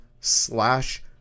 slash